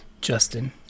Justin